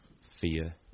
fear